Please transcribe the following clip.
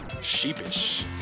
Sheepish